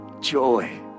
Joy